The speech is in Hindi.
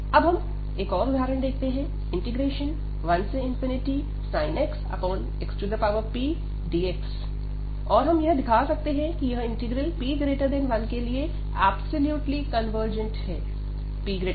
अब हम और उदाहरण देखते हैं 1sin x xpdx और हम यह दिखा सकते हैं कि यह इंटीग्रल p1 के लिए ऐब्सोल्युटली कनवर्जेंट है